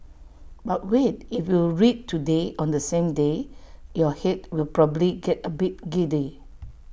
but wait if you read today on the same day your Head will probably get A bit giddy